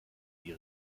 die